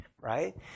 right